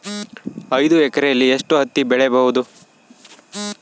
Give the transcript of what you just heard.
ಐದು ಎಕರೆಯಲ್ಲಿ ಎಷ್ಟು ಹತ್ತಿ ಬೆಳೆಯಬಹುದು?